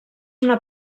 una